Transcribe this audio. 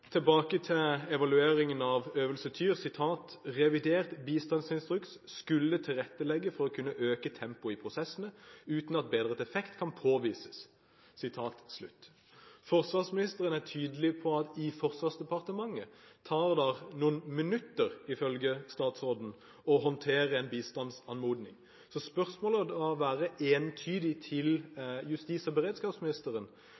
Tilbake til evalueringen av Øvelse Tyr: «Revidert Bistandsinstruks skulle tilrettelegge for å kunne øke tempoet i prosessene – uten at bedret effekt kan påvises.» Forsvarsministeren er tydelig på at Forsvarsdepartementet bruker noen minutter på å håndtere en bistandsanmodning. Spørsmålet går derfor entydig til